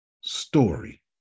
story